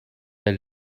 der